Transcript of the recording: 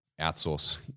Outsource